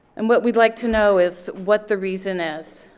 and what we'd like to know is, what the reason is.